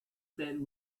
that